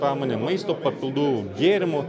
pramonei maisto papildų gėrimų